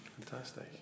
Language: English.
Fantastic